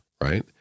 Right